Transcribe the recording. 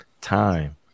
time